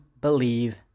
believe